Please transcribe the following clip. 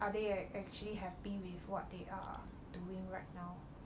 are they actually happy with what they are doing right now